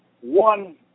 one